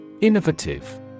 Innovative